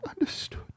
understood